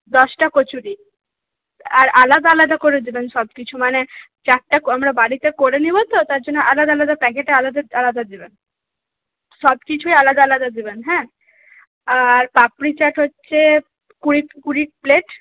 দশটা কচুরি আর আলাদা আলাদা করে দিবেন সবকিছু মানে চাটটা আমরা বাড়িতে করে নিব তো তার জন্য আলাদা আলাদা প্যাকেটে আলাদা আলাদা দিবেন সবকিছুই আলাদা আলাদা দিবেন হ্যাঁ আর পাপড়ি চাট হচ্ছে কুড়ি কুড়ি প্লেট